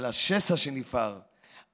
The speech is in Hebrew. אבל השסע שנפער,